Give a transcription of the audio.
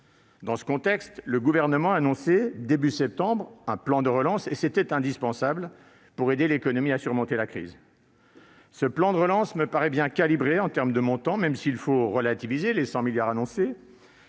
Dans ce contexte, le Gouvernement a annoncé, au début du mois de septembre, un plan de relance indispensable pour aider l'économie à surmonter la crise. Ce plan de relance me paraît bien calibré en termes de montant, même s'il faut relativiser les 100 milliards d'euros